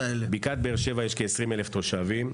שבע, בו יש כ-20,000 תושבים,